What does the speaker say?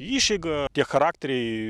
išeiga tie charakteriai